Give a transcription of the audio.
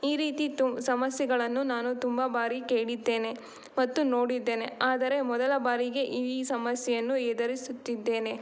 ಈ ರೀತಿ ತುಂ ಸಮಸ್ಯೆಗಳನ್ನು ನಾನು ತುಂಬ ಬಾರಿ ಕೇಳಿದ್ದೇನೆ ಮತ್ತು ನೋಡಿದ್ದೇನೆ ಆದರೆ ಮೊದಲ ಬಾರಿಗೆ ಈ ಸಮಸ್ಯೆಯನ್ನು ಎದುರಿಸುತ್ತಿದ್ದೇನೆ